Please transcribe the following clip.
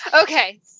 Okay